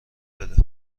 بده